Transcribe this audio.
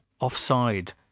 offside